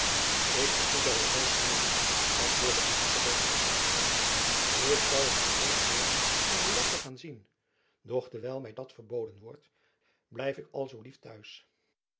ik gevoel daar ook weinigneiging toe antwoordde elizabeth op een koelen toon ik zoû het alleen verlangen om buat te gaan zien doch dewijl my dat verboden wordt blijf ik al zoo lief t huis